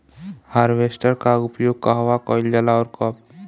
Harvester का उपयोग कहवा कइल जाला और कब?